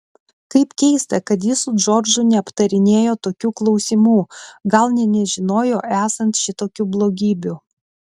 kaip keista kad ji su džordžu neaptarinėjo tokių klausimų gal nė nežinojo esant šitokių blogybių